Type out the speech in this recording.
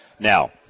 Now